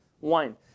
wine